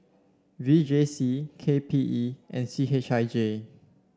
V J C K P E and C H I J